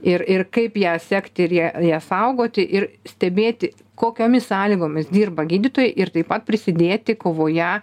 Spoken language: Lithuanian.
ir ir kaip ją sekti ir ją ją saugoti ir stebėti kokiomis sąlygomis dirba gydytojai ir taip pat prisidėti kovoje